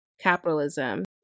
capitalism